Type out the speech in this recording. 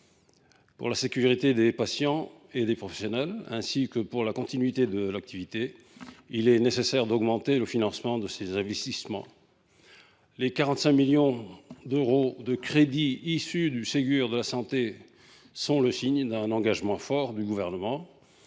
Pour la sécurité des patients et des professionnels, ainsi que pour la continuité de l’activité, il est nécessaire d’augmenter le financement de ces investissements. Les 45 millions d’euros de crédits issus du Ségur de la santé sont le signe d’un engagement fort du Gouvernement